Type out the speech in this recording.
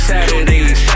Saturdays